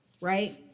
right